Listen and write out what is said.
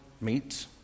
meet